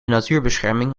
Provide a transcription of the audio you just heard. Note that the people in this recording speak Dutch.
natuurbescherming